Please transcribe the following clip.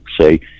say